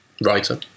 Writer